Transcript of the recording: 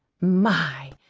my,